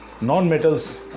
Non-metals